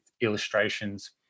illustrations